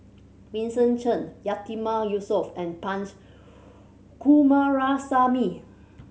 Vincent Cheng Yatiman Yusof and Punch Coomaraswamy